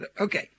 Okay